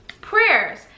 prayers